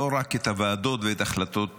לא רק את הוועדות ואת ההחלטות